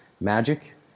magic